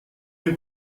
mir